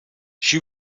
she